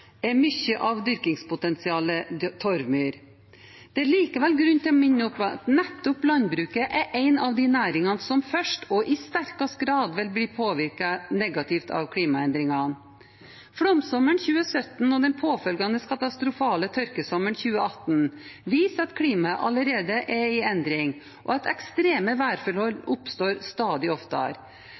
er mye av dyrkingspotensialet torvmyr. Det er likevel grunn til å minne om at nettopp landbruket er en av næringene som først, og i sterkest grad, vil bli påvirket negativt av klimaendringene. Flomsommeren 2017 og den påfølgende katastrofale tørkesommeren 2018 viser at klimaet allerede er i endring, og at ekstreme værforhold oppstår stadig oftere.